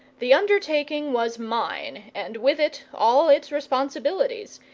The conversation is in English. the undertaking was mine, and with it all its responsibilities,